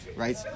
right